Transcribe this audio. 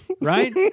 Right